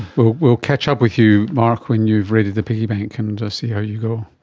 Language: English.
we'll catch up with you, mark, when you've raided the piggy bank um and see how you go.